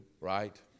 right